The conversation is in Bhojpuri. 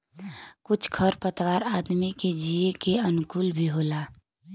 कुछ खर पतवार आदमी के जिये के अनुकूल भी होला